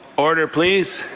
order, please.